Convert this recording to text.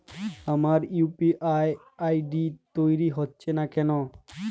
আমার UPI ID তৈরি হচ্ছে না কেনো?